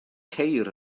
ceir